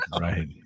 Right